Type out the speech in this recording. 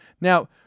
Now